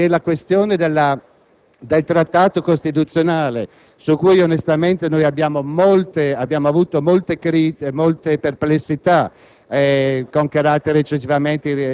In questo processo, la questione del Trattato costituzionale - su cui, onestamente, abbiamo avuto molte critiche e perplessità,